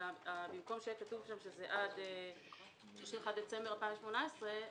אלא שבמקום שיהיה כתוב שזה עד 31 בדצמבר 2018,